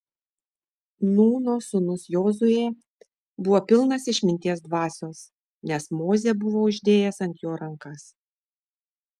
nūno sūnus jozuė buvo pilnas išminties dvasios nes mozė buvo uždėjęs ant jo rankas